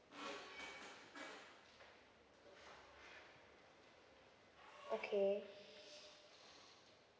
okay